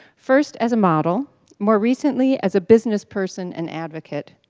first as a model more recently as a businessperson and advocate.